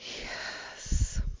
Yes